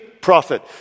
prophet